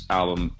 album